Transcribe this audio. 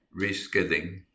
reskilling